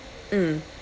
mm